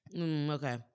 Okay